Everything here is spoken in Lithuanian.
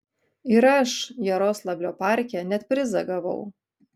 ir aš jaroslavlio parke net prizą gavau